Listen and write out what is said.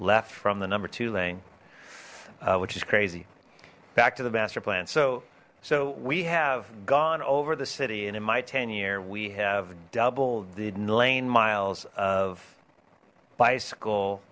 left from the number two lane which is crazy back to the master plan so so we have gone over the city and in my ten year we have double didn't lane miles of bicycle